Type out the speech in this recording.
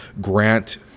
grant